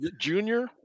Junior